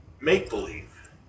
make-believe